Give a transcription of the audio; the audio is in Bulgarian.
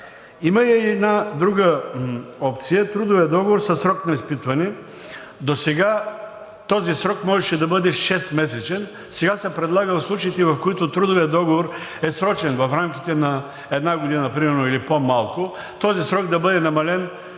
Има и една друга опция – трудовият договор със срок на изпитване. Досега този срок можеше да бъде шестмесечен, сега се предлага в случаите, в които трудовият договор е срочен, в рамките на една година примерно или по-малко, този срок да бъде намален